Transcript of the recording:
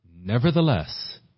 Nevertheless